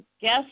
guess